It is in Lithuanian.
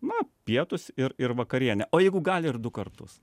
na pietus ir ir vakarienę o jeigu gali ir du kartus